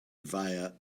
via